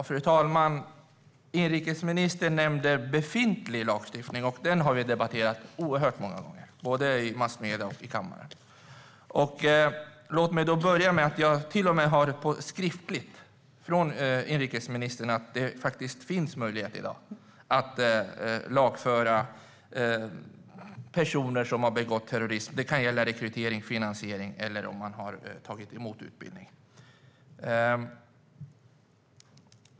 Fru talman! Inrikesministern nämnde befintlig lagstiftning. Den har vi debatterat oerhört många gånger, både i massmedierna och i kammaren. Låt mig börja med att säga att jag till och med har fått skriftligt från inrikesministern att det i dag faktiskt finns möjlighet att lagföra personer som begått terrorism. Det kan gälla rekrytering, finansiering eller att ha tagit emot utbildning.